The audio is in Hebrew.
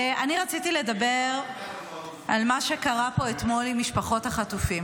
אני רציתי לדבר על מה שקרה פה אתמול עם משפחות החטופים.